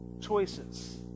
choices